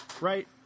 Right